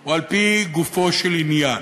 או על-פי גופו של עניין?